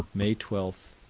may twelve,